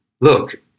look